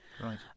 Right